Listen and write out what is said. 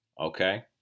okay